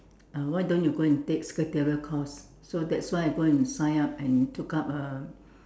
uh why don't you go and take secretarial course so that's why I go and sign up and took up a